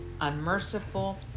unmerciful